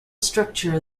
structure